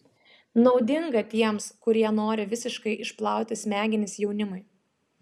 naudinga tiems kurie nori visiškai išplauti smegenis jaunimui